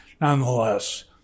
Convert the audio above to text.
nonetheless